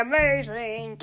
Amazing